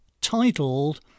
titled